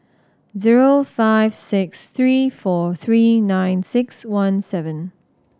zero five six three four three nine six one seven